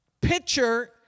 picture